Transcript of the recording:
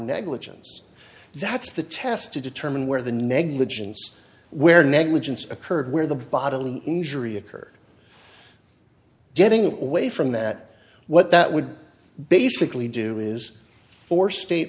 negligence that's the test to determine where the negligence where negligence occurred where the bodily injury occurred getting away from that what that would basically do is for state